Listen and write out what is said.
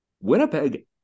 Winnipeg